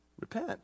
Repent